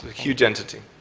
huge entity.